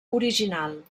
original